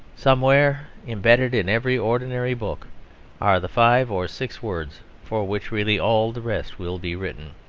somewhere embedded in every ordinary book are the five or six words for which really all the rest will be written.